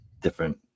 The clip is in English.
different